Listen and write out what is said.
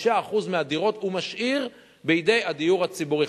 5% מהדירות הוא משאיר בידי הדיור הציבורי.